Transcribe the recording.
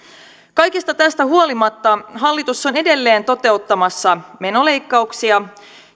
kaikesta tästä huolimatta hallitus on edelleen toteuttamassa menoleikkauksia